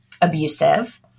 abusive